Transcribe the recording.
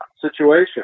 situation